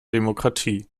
demokratie